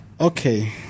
Okay